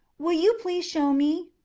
will you please show me?